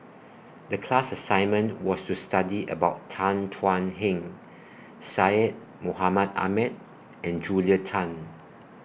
The class assignment was to study about Tan Thuan Heng Syed Mohamed Ahmed and Julia Tan